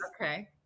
Okay